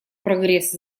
прогресс